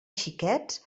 xiquets